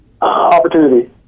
Opportunity